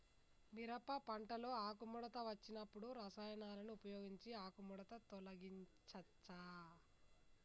మిరప పంటలో ఆకుముడత వచ్చినప్పుడు రసాయనాలను ఉపయోగించి ఆకుముడత తొలగించచ్చా?